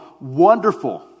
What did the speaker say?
Wonderful